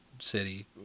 city